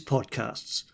Podcasts